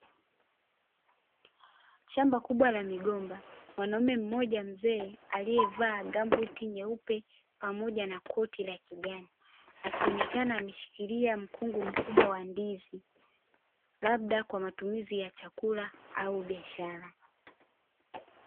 Shamba kubwa la migomba wanaume mmoja mzee aliyevaa gambuti nyeupe pamoja na koti la kijani akionekana ameshikilia mkungu mkubwa wa ndizi labda kwa matumizi ya chakula au biashara.